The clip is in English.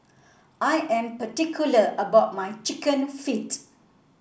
I am particular about my chicken feet